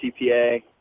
CPA